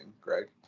Greg